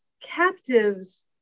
captives